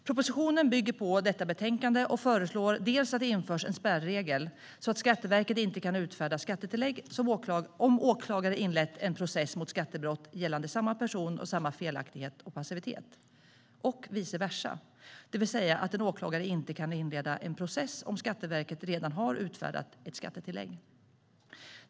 Propositionen bygger på detta betänkande och föreslår att det införs en spärregel så att Skatteverket inte kan utfärda skattetillägg om åklagare har inlett en skattebrottsprocess om samma felaktighet eller passivitet avseende samma person och vice versa, det vill säga att en åklagare inte kan inleda en process om Skatteverket redan har utfärdat ett skattetillägg.